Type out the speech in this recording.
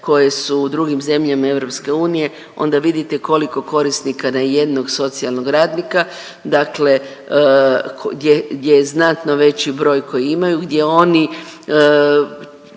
koje su u drugim zemljama EU onda vidite koliko korisnika na jednog socijalnog radnika, dakle gdje je znatno veći broj koji imaju gdje oni